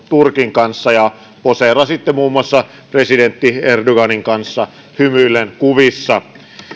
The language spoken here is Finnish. turkin kanssa ja poseerasitte muun muassa presidentti erdoganin kanssa hymyillen kuvissa